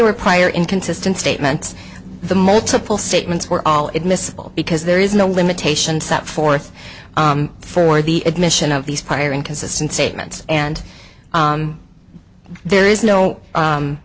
were prior inconsistent statements the multiple statements were all admissible because there is no limitation set forth for the admission of these prior inconsistent statements and there is no